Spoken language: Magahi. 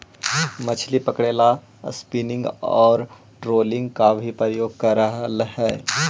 मछली पकड़े ला स्पिनिंग और ट्रोलिंग का भी प्रयोग करल हई